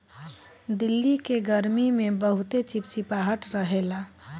दिल्ली के गरमी में बहुते चिपचिपाहट रहेला